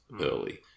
early